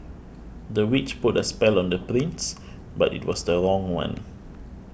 the witch put a spell on the prince but it was the wrong one